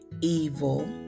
evil